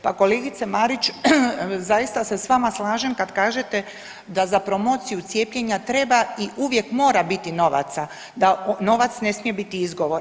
Pa kolegice Marić, zaista se s vama slažem kad kažete da za promociju cijepljenja treba i uvijek mora biti novaca, da novac ne smije biti izgovor.